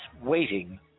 waiting